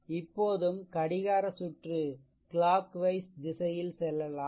இப்போதும் கடிகார சுற்று திசையில் செல்லலாம்